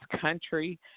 country